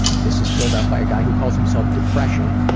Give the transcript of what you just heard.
this is filled out by a guy who calls himself depression.